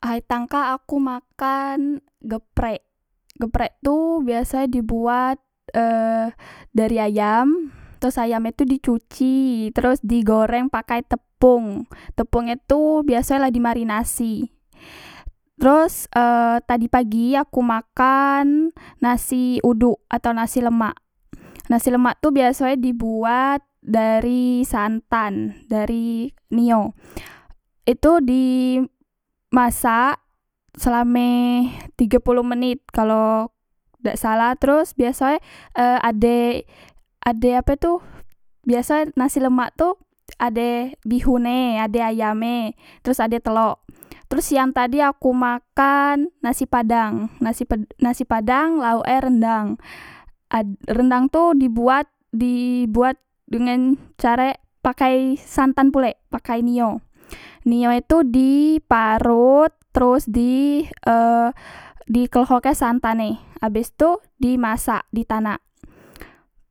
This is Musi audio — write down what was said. Ahay tang kak aku makan geprek geprek tu biaso e dibuat e dari ayam teros ayam e tu di cuci teros di goreng pakai tepong tepong e tu biaso e dimarinasi teros e tadi pagi aku makan nasi uduk atau nasi lemak nasi lemak tu biaso e dibuat dari santan dari nio itu di masak selame tige polo menit kalo dak salah teros ado biasoe ade ade ape tu biasoe nasi lemak tu ade bihun e ade ayam e teros ade telok teros siang tadi aku makan nasi padang nas ped nasi padang lauk e rendang rendang tu dibuat dibuat dengan carek pakai santan pulek pakai nio nio itu di parot teros di e di klehoke santan e abes tu dimasak ditanak